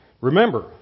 Remember